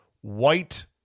white